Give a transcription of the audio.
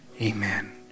Amen